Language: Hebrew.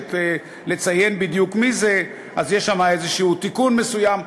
מתביישת לציין בדיוק מי זה, אז יש שם תיקון מסוים.